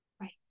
Right